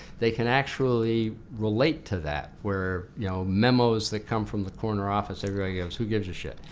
they can actually relate to that. where you know memos that come from the corner office, everybody goes who gives a shit?